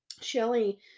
Shelly